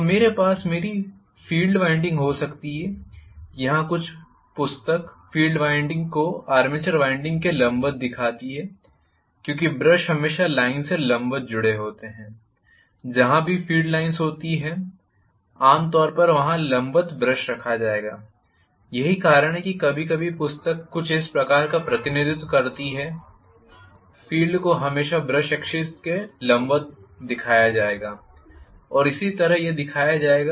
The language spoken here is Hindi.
तो मेरे पास मेरी फील्ड वाइंडिंग हो सकती है यहाँ कुछ पुस्तक फील्ड वाइंडिंग को आर्मेचर वाइंडिंग के लंबवत दिखाती है क्योंकि ब्रश हमेशा लाइन से लंबवत जुड़े होते हैं जहां भी फील्ड लाइन्स होती हैं आम तौर पर वहां लंबवत ब्रश रखा जाएगा यही कारण है कि कभी कभी पुस्तक कुछ प्रकार का प्रतिनिधित्व करती है फ़ील्ड को हमेशा ब्रश एक्सिस के लंबवत दिखाया जाएगा इसी तरह यह दिखाया जाएगा